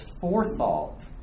forethought